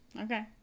Okay